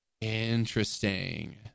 Interesting